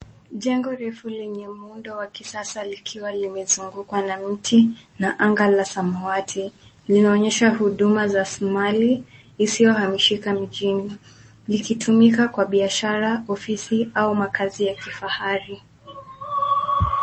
Jengo refu lenye muundo wa kisasa likiwa limezungukwa na mti na anga la samawati. Linaonyesha huduma za Somali, isiyohamishika mjini, likitumika kwa biashara ofisi au makazi ya kifahari.